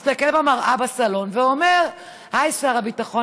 מסתכל במראה בסלון ואומר: היי, שר הביטחון.